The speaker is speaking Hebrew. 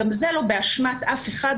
גם זה לא באשמת אף אחד,